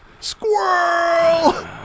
Squirrel